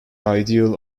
ideal